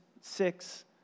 six